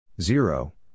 Zero